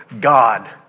god